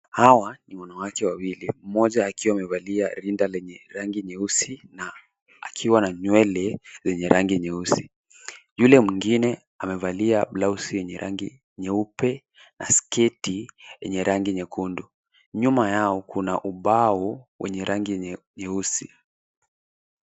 Hawa ni wanawake wawili mmoja akiwa amevalia rinda lenye rangi nyeusi na akiwa na nywele zenye nyeusi. Yule mwingine amevalia blauzi yenye rangi nyeupe na sketi yenye rangi nyekundu. Nyuma yao kuna ubao wenye rangi nyeusi.